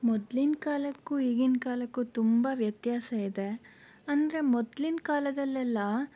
ಮೊದಲಿನ ಕಾಲಕ್ಕೂ ಈಗಿನ ಕಾಲಕ್ಕೂ ತುಂಬ ವ್ಯತ್ಯಾಸ ಇದೆ ಅಂದರೆ ಮೊದಲಿನ ಕಾಲದಲ್ಲೆಲ್ಲ